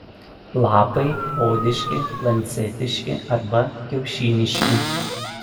lapai odiški lancetiški arba kiaušiniški